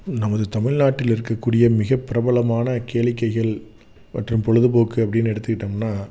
நமது தமிழ்நாட்டில் இருக்கக்கூடிய மிக பிரபலமான கேளிக்கைகள் மற்றும் பொழுதுபோக்கு அப்படினு எடுத்துக்கிட்டம்னா